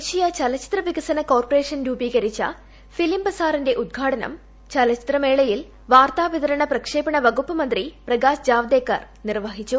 ദേശീയ ചലച്ചിത്ര വികസന കോർപ്പറേഷൻ രൂപീകരിച്ചു ഫിലിം ബസാറിന്റെ ഉദ്ഘാടനം ചലച്ചിത്ര മേളയിൽ വാർത്താ വിതരണ പ്രക്ഷേപണ മന്ത്രി പ്രകാശ് ജാവ്ദേക്കർ നിർവ്വഹിച്ചു